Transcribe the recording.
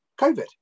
covid